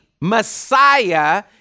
Messiah